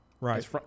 Right